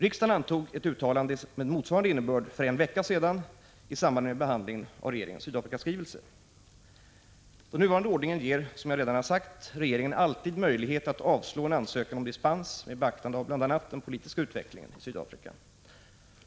Riksdagen antog ett uttalande med motsvarande innebörd för en vecka sedan i samband med behandlingen av regeringens skrivelse med redogörelse för de svenska företagens verksamhet i Sydafrika. Nuvarande ordning ger, som jag redan sagt, regeringen alltid möjlighet att avslå en ansökan om dispens med beaktande av bl.a. den politiska utvecklingen i Sydafrika.